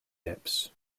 lips